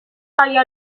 آیا